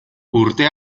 urte